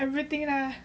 everything lah